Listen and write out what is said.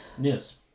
Yes